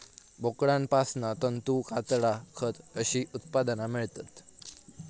बोकडांपासना तंतू, कातडा, खत अशी उत्पादना मेळतत